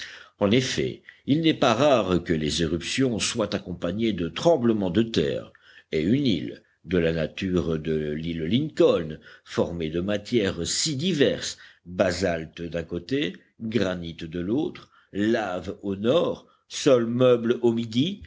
en effet il n'est pas rare que les éruptions soient accompagnées de tremblements de terre et une île de la nature de l'île lincoln formée de matières si diverses basaltes d'un côté granit de l'autre laves au nord sol meuble au midi